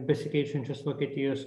besikeičiančios vokietijos